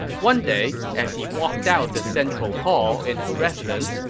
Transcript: one day, as he walked out of the central hall in his residence,